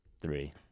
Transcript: three